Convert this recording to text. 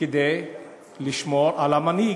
כדי לשמור על המנהיג?